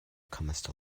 comest